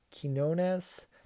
Quinones